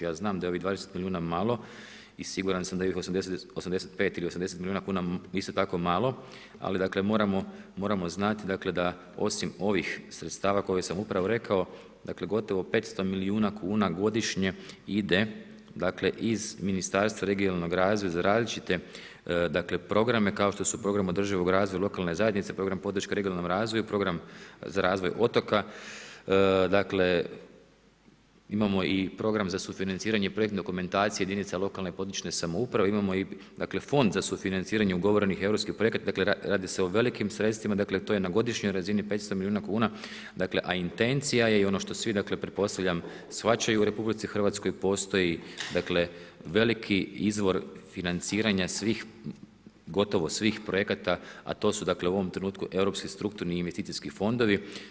Znam da je ovih 20 milijuna malo i sigurno da ovih 85 ili 80 milijuna kuna je isto tako malo ali dakle moramo znati dakle da osim ovih sredstava koje sam upravo rekao, dakle gotovo 500 milijuna kuna godišnje ide iz Ministarstva regionalnog razvoja za različite programe kao što su program održivog razvoja lokalne zajednice, program podrške regionalnom razvoju, program za razvoj otoka, dakle imamo i program za sufinanciranje projektne dokumentacije jedinica lokalne samouprave, imamo i fond za sufinanciranje ugovorenih europskih projekata, dakle radi se o velikim sredstvima, dakle to je na godišnjoj razini 500 milijuna kuna a intencija je i ono što svi dakle pretpostavljam shvaćaju u RH, postoji veliki izvor financiranja svih, gotovo svih projekata a to su dakle u ovom trenutku europski, strukturni i investicijski fondovi.